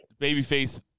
babyface